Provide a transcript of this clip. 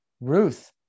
Ruth